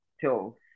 till